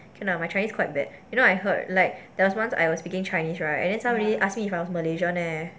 okay lah my chinese quite bad you know I heard like there was once I was speaking chinese right and then somebody ask me if I'm malaysian leh